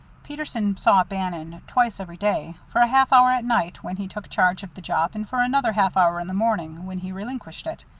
peterson saw bannon twice every day for a half hour at night when he took charge of the job, and for another half hour in the morning when he relinquished it.